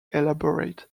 elaborate